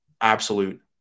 absolute